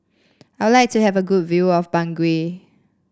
I would like to have a good view of Bangui